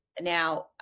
Now